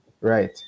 right